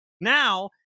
Now